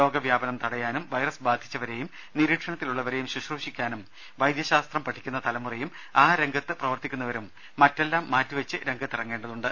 രോഗവ്യാപനം തടയാനും വൈറസ് ബാധിച്ചവരെയും നിരീക്ഷണത്തിലുള്ളവരെയും ശുശ്രൂഷിക്കാനും വൈദ്യശാസ്ത്രം പഠിക്കുന്ന തലമുറയും ആ രംഗത്ത് പ്രവർത്തിക്കുന്നവരും മറ്റെല്ലാം മാറ്റിവെച്ച് രംഗത്തിറങ്ങേണ്ടതുണ്ട്